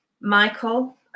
Michael